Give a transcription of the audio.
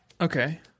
okay